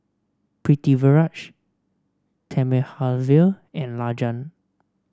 Pritiviraj Thamizhavel and Rajan